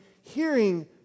hearing